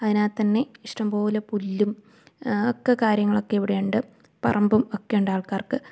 അതിനാൽ തന്നെ ഇഷ്ടംപോലെ പുല്ലും ഒക്കെ കാര്യങ്ങളൊക്കിവിടെ ഉണ്ട് പറമ്പും ഒക്കെയുണ്ട് ആൾക്കാർക്ക്